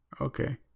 Okay